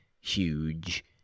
huge